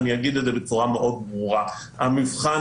אגיד את זה בצורה מאוד ברורה: המבחן,